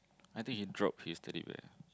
I think he drop his strip leh